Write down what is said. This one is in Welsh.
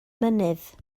mynydd